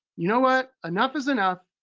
you know what, enough is enough.